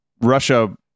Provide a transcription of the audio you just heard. Russia